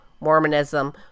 mormonism